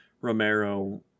Romero-